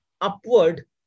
upward